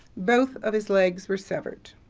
both of his legs were severed.